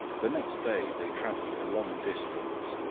the next day they travelled a long distance.